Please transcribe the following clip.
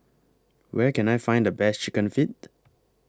Where Can I Find The Best Chicken Feet